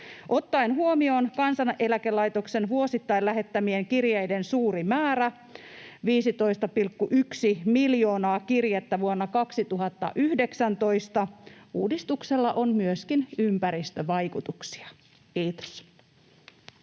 Ottaen huomioon Kansaneläkelaitoksen vuosittain lähettämien kirjeiden suuri määrä — 15,1 miljoonaa kirjettä vuonna 2019 — uudistuksella on myöskin ympäristövaikutuksia. — Kiitos.